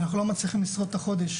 ואנחנו לא מצליחים לשרוד את החודש.